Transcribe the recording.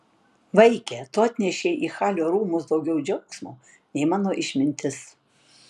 vaike tu atnešei į halio rūmus daugiau džiaugsmo nei mano išmintis